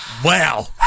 Wow